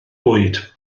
bwyd